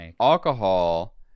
alcohol